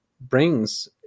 brings